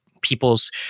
people's